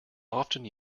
often